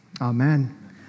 Amen